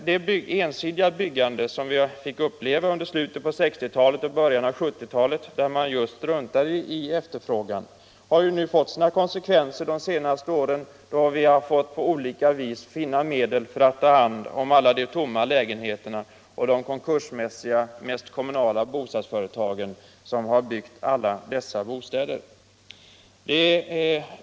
Det ensidiga byggande som vi fick uppleva under slutet av 1960-talet och början av 1970-talet, då man struntade i efterfrågan, har haft sina konsekvenser de senaste åren. Man har från det allmännas sida varit tvungen att på olika sätt söka finna medel för att ta hand om alla de tomma lägenheterna och de konkursmässiga, mest kommunala, bostadsföretagen som har byggt alla dessa bostäder.